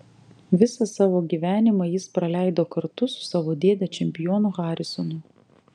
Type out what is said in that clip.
visą savo gyvenimą jis praleido kartu su savo dėde čempionu harisonu